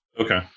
Okay